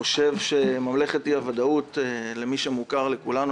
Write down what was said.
ממלכת אי הוודאות הוא מושג שמוכר לכולנו